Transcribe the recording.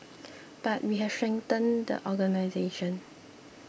but we have strengthened the organisation